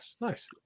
nice